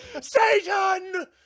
satan